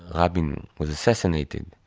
rabin was assassinated.